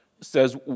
says